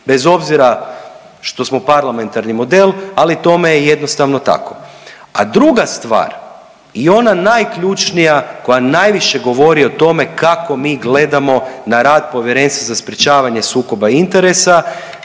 bez obzira što smo parlamentarni model, ali tome je jednostavno tako. A druga stvar i ona najključnija koja najviše govori o tome kako mi gledamo na rad Povjerenstva za sprječavanje sukoba interesa,